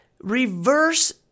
reverse